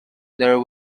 there